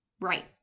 right